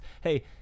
Hey